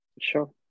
Sure